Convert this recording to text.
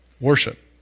Worship